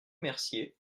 mercier